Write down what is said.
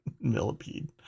millipede